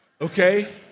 okay